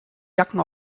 jacken